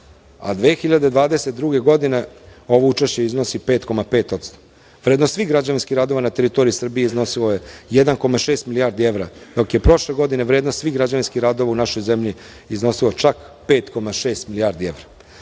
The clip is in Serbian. a 2022. godine ovo učešće iznosi 5,5%. Vrednost svih građanskih radova na teritoriji Srbije iznosio je 1,6 milijardi evra, dok je prošle godine vrednost svih građevinskih radova u našoj zemlji iznosio čak 5,6 milijardi